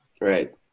Right